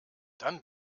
dann